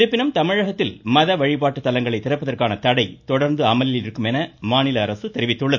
இருப்பினும் தமிழகத்தில் மதவழிபாட்டுத் தலங்களை திறப்பதற்கான தடை தொடா்ந்து அமலில் இருக்கும் என மாநில அரசு தெரிவித்துள்ளது